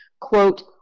Quote